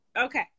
okay